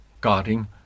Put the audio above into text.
guarding